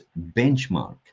benchmark